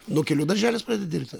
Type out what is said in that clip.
nuo kelių darželis pradeda dirbti